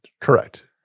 correct